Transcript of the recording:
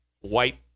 white